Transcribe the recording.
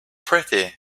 pretty